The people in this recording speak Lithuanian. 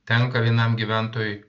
tenka vienam gyventojui